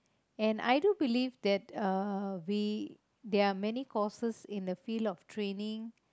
and I do believe that uh we there are many courses in the field of training